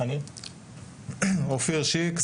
אופיר שיק,